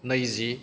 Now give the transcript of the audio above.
नैजि